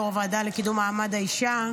יו"ר הוועדה לקידום מעמד האישה.